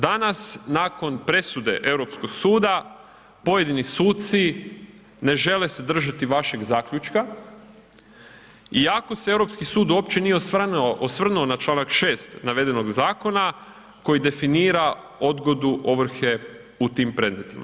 Danas nakon presude Europskog suda pojedini suci ne žele se držati vašeg zaključka iako se Europski sud uopće nije osvrnuo na čl. 6. navedenog zakona koji definira odgodu ovrhe u tim predmetima.